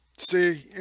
see